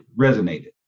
resonated